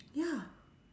ya